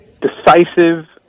Decisive